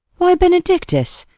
why benedictus?